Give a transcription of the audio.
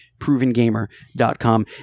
provengamer.com